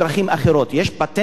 יש פטנטים אחרים,